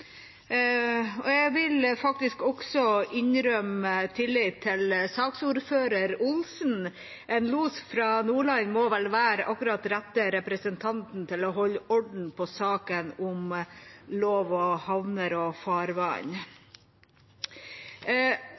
Jeg vil faktisk også innrømme tillit til saksordfører Olsen. En los fra Nordland må vel være akkurat den rette representanten til å holde orden på saken om lov om havner og farvann.